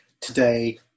today